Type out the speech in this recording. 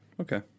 Okay